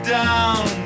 down